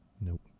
nope